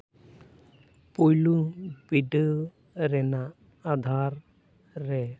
ᱯᱩᱭᱞᱩ ᱵᱤᱰᱟᱹᱣ ᱨᱮᱱᱟᱜ ᱟᱫᱷᱟᱨ ᱨᱮ